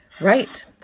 Right